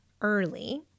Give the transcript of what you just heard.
early